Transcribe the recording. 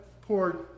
poured